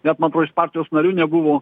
net man atrodo jis partijos nariu nebuvo